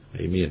Amen